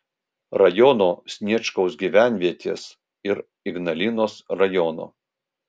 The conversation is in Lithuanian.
rajono sniečkaus gyvenvietės ir ignalinos rajono